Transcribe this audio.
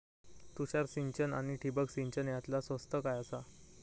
तुषार सिंचन आनी ठिबक सिंचन यातला स्वस्त काय आसा?